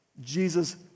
Jesus